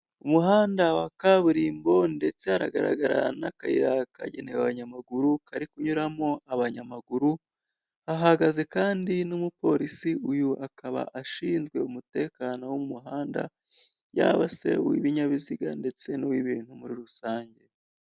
Umuhanda wa kaburimbo, ndetse hagaragara n'akayira kagenewe abanyamaguru kari kunyuramo abanyamaguru, ahagaze kandi n'umupolisi, uyu akaba ashinzwe umutekano w'umuhanda, yaba se uw'ibinyabiziga ndetse n'uw'ibintu muri rusange.